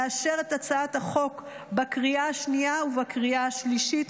לאשר את הצעת החוק בקריאה השנייה ובקריאה השלישית.